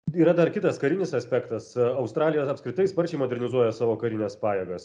yra dar kitas karinis aspektas australija apskritai sparčiai modernizuoja savo karines pajėgas